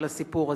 לסיפור הזה.